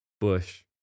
bush